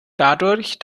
dadurch